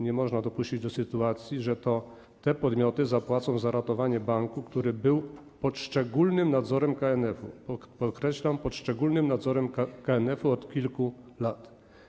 Nie można dopuścić do sytuacji, w której to te podmioty zapłacą za ratowanie banku, który był pod szczególnym nadzorem KNF - podkreślam: pod szczególnym nadzorem KNF-u - od kilku lat.